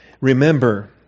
Remember